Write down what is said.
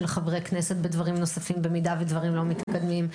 חברי כנסת בדברים נוספים במידה ודברים לא מתקדמים.